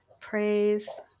praise